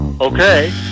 Okay